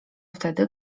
wtedy